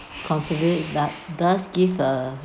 confident da~ does give uh